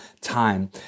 time